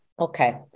okay